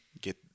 Get